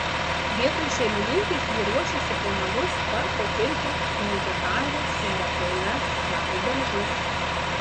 vietoj šeimininkės ji ruošiasi po namus tvarko pirkią melžia karves šeria kiaules ravi daržus